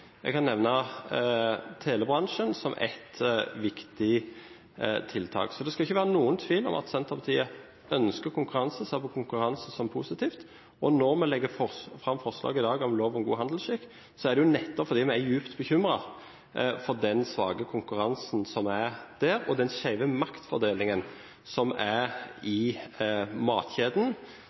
Jeg kan nevne telebransjen som et viktig tiltak. Så det skulle ikke være noen tvil om at Senterpartiet ønsker konkurranse og ser på konkurranse som positivt, og når vi legger fram forslag i dag om lov om god handelsskikk, er det nettopp fordi vi er dypt bekymret over den svake konkurransen som er der, og den skjeve maktfordelingen som er